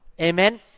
Amen